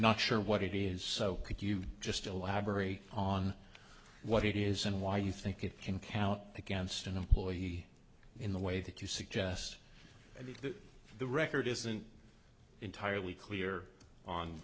not sure what it is so could you just elaborate on what it is and why you think it can count against an employee in the way that you suggest i mean the record isn't entirely clear on